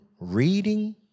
reading